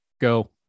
go